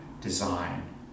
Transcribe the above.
design